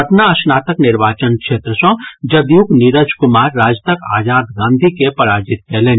पटना स्नातक निर्वाचन क्षेत्र सॅ जदयूक नीरज कुमार राजदक आजाद गांधी के पराजित कयलनि